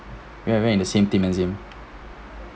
ya were in the same team last year